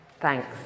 Thanks